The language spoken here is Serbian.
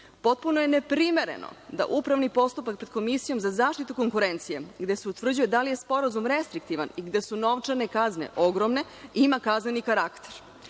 Potpuno je neprimereno da upravni postupak pred Komisijom za zaštitu konkurencije, gde se utvrđuje da li je sporazum restriktivan i gde su novčane kazne ogromne, ima kazneni karakter.